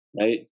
right